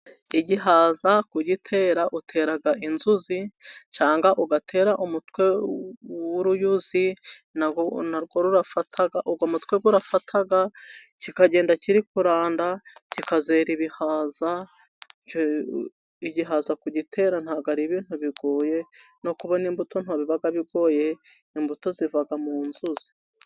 Igihaza kugitera utera inzuzi, cyangwa ugatera umutwe w'uruyuzi, uwo mutwe urafata, kikagenda kiri kuranda, kikazera ibihaza, igihaza ku gitera ntabwo ari ibintu bigoye, no kubona imbuto ntibiba bigoye, imbuto ziva mu nzuzi.